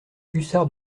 hussard